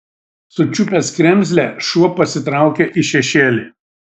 sučiupęs kremzlę šuo pasitraukė į šešėlį